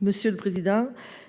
Monsieur le président,